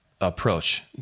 approach